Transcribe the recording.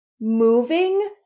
moving